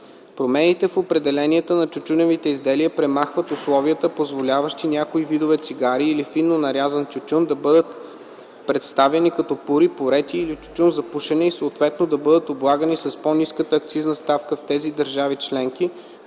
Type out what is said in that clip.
Промените в определенията на тютюневите изделия премахват условията, позволяващи някои видове цигари или фино нарязан тютюн да бъдат представени като пури, пурети или тютюн за пушене и съответно да бъдат облагани с по-ниската акцизна ставка в тези държави–членки,